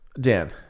Dan